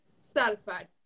satisfied